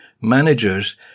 managers